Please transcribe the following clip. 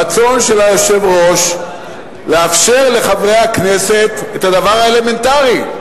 הרצון של היושב-ראש לאפשר לחברי הכנסת את הדבר האלמנטרי: